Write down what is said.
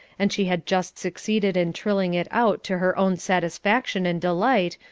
and she had just succeeded in trilling it out to her own satisfaction and delight,